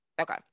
okay